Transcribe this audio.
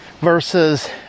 versus